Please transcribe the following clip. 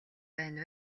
байна